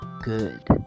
good